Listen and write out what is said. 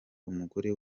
umugore